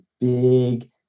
big